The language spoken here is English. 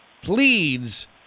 pleads